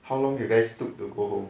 how long you guys took to go home